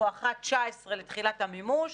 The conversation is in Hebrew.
בואכה 19' לתחילת המימוש,